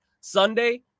Sunday